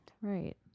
Right